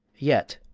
yet,